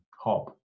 hop